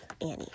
Annie